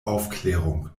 aufklärung